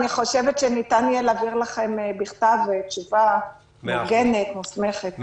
אני חושבת שניתן יהיה להעביר לכם בכתב תשובה מאורגנת ומוסמכת.